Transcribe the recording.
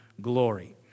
glory